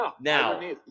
now